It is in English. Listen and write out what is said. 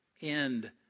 end